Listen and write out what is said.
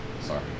Sorry